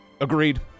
Agreed